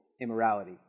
immorality